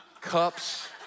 cups